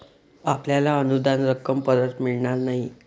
आपल्याला अनुदान रक्कम परत मिळणार नाही